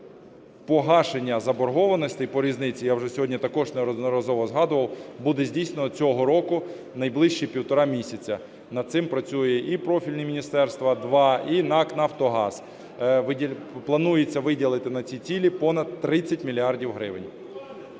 Погашення заборгованості по різниці, я вже сьогодні також неодноразово згадував, буде здійснено цього року найближчі півтора місяця. Над цим працюють і профільні два міністерства, і НАК "Нафтогаз". Планується виділити на ці цілі понад 30 мільярдів гривень.